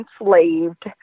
enslaved